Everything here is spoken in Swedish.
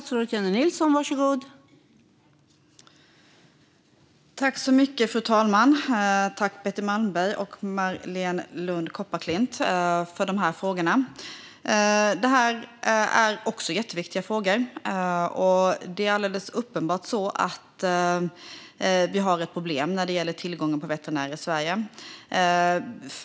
Fru talman! Jag tackar Betty Malmberg och Marléne Lund Kopparklint för dessa frågor. Detta är också jätteviktiga frågor. Det är alldeles uppenbart att vi har ett problem när det gäller tillgången på veterinärer i Sverige.